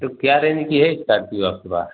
तो क्या रेंज की है इस्कार्पियो आपके पास